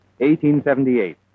1878